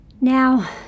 Now